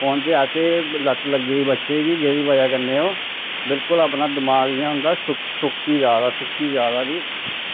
phone च ऐसी लत्त लग्गी दी बच्चे गी जेह्दी बजह् कन्नै ओह् बिलकुल अपना दमाक जियां उं'दा सु सुक्की जा दा सुक्की जा दा कि